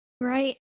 right